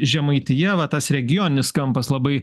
žemaitija va tas regioninis kampas labai